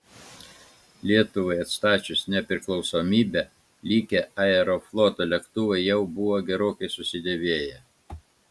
lietuvai atstačius nepriklausomybę likę aerofloto lėktuvai jau buvo gerokai susidėvėję